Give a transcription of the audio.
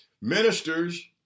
Ministers